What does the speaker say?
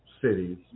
cities